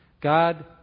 God